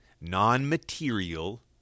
non-material